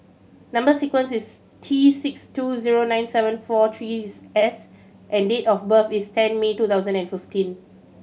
number sequence is T six two zero nine seven four three S and date of birth is ten May two thousand and fifteen